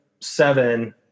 Seven